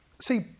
see